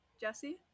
Jesse